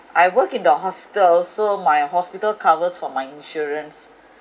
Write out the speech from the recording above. I work in the hospital so my hospital covers for my insurance